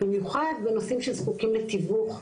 במיוחד בנושאים שזקוקים לתיווך,